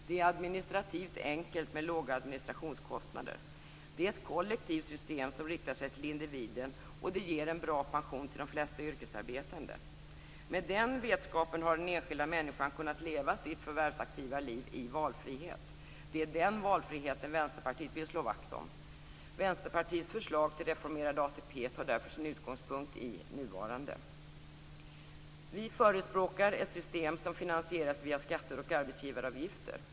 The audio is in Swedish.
Det är administrativt enkelt med låga administrationskostnader. Det är ett kollektivt system som riktar sig till individen, och det ger en bra pension till de flesta yrkesarbetande. Med den vetskapen har den enskilda människan kunnat leva sitt förvärvsaktiva liv i valfrihet. Det är den valfriheten Vänsterpartiet vill slå vakt om. Vänsterpartiets förslag till reformerad ATP tar därför sin utgångspunkt i nuvarande. Vi förespråkar ett system som finansieras via skatter och arbetsgivaravgifter.